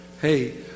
Hey